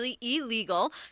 illegal